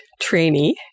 trainee